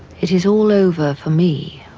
it is all over for me.